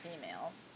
females